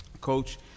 Coach